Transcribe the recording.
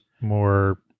more